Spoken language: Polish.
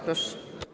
Proszę.